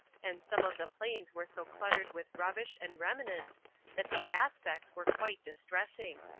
and some of the plains were so cluttered with rubbish and remnants that the aspects were quite distressing.